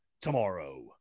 tomorrow